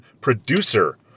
producer